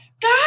God